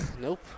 nope